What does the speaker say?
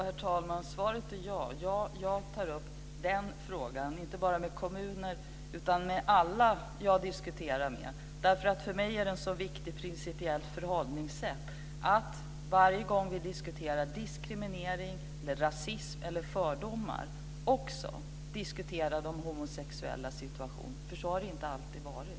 Herr talman! Svaret är ja. Jag tar upp den frågan inte bara med kommuner utan med alla jag diskuterar med. För mig är det ett viktigt principiellt förhållningssätt att varje gång vi diskuterar diskriminering, rasism eller fördomar också diskutera de homosexuellas situation. Så har det inte alltid varit.